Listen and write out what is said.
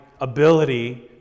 ability